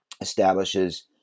establishes